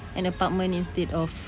an apartment instead of